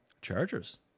Chargers